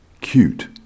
Cute